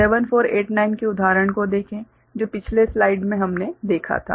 7489 के उदाहरण को देखेजो पिछले स्लाइड में हमने देखा था